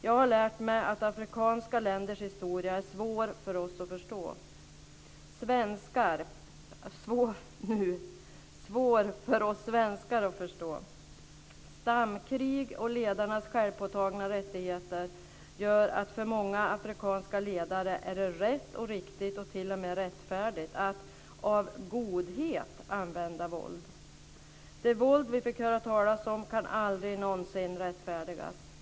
Jag har lärt mig att afrikanska länders historia är svår för oss svenskar att förstå. Stamkrig och ledarnas självpåtagna rättigheter gör att för många afrikanska ledare är det rätt och riktigt, t.o.m. rättfärdigt, att av godhet använda våld. Det våld vi fick höra talas om kan aldrig någonsin rättfärdigas.